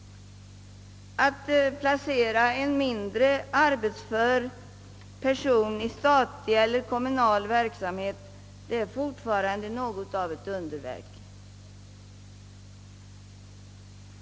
Att kunna placera en mindre arbetsför person i statlig eller kommunal verksamhet är fortfarande något av ett underverk.